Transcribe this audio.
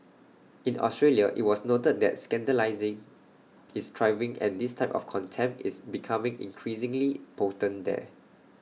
in Australia IT was noted that scandalising is thriving and this type of contempt is becoming increasingly potent there